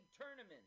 tournament